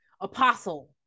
apostle